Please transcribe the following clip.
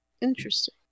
Interesting